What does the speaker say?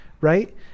right